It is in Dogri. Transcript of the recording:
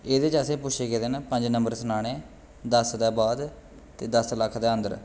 एह्दे च असेंगी पुच्छे गेदे न पंज नम्बर सनाने दस दे बाद ते दस लक्ख दे अंदर